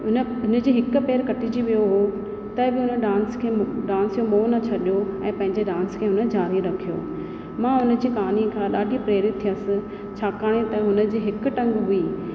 उन हुन जे हिक पेर कटिजी वियो हो त बि हुन डांस खे मो डांस जो मोह न छॾियो ऐं पंहिंजे डांस खे हुन जारी रखियो मां उन जी कहाणी खां ॾाढी प्रेरित थियसि छाकाणि त हुन जी हिकु टंग हुई